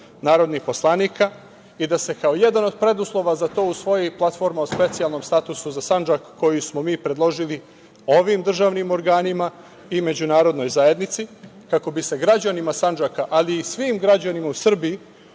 narodnih poslanika i da se kao jedan od preduslova za to usvoji i platforma o specijalnom statusu za Sandžak koju smo mi predložili ovim državnim organima i međunarodnoj zajednici, kako bi se građanima Sandžaka, ali i svim građanima u Srbiji